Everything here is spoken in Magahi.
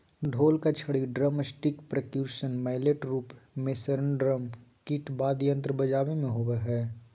ढोल का छड़ी ड्रमस्टिकपर्क्यूशन मैलेट रूप मेस्नेयरड्रम किट वाद्ययंत्र बजाबे मे होबो हइ